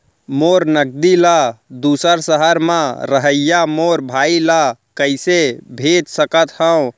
मोर नगदी ला दूसर सहर म रहइया मोर भाई ला कइसे भेज सकत हव?